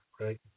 Right